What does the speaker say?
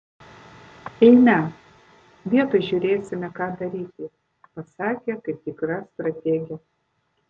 eime vietoj žiūrėsime ką daryti pasakė kaip tikra strategė